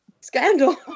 scandal